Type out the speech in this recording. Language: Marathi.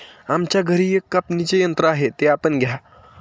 आमच्या घरी एक कापणीचे यंत्र आहे ते आपण घ्या